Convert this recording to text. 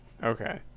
Okay